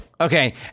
Okay